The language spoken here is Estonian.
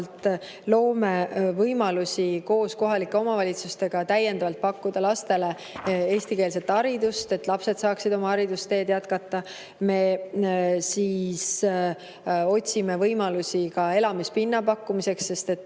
loome võimalusi koos kohalike omavalitsustega täiendavalt pakkuda lastele eestikeelset haridust, et lapsed saaksid oma haridusteed jätkata. Me otsime võimalusi ka elamispinna pakkumiseks, sest ma